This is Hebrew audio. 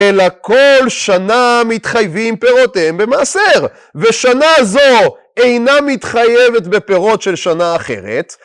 אלא כל שנה מתחייבים פירותיהם במעשר. ושנה זו אינה מתחייבת בפירות של שנה אחרת,